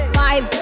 five